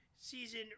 season